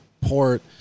port